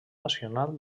nacional